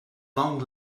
long